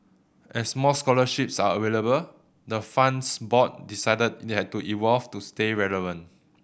as more scholarships are available the fund's board decided it had to evolve to stay relevant